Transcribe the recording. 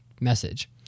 message